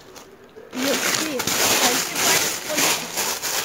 jukny kalti patys politikai